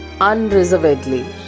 unreservedly